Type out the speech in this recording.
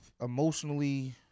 emotionally